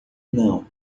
não